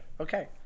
Okay